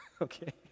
okay